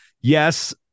yes